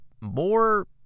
more